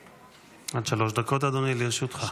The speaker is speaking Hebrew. עד שלוש דקות, אדוני, לרשותך.